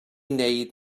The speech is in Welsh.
wneud